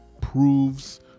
proves